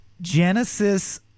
Genesis